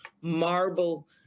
marble